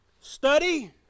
Study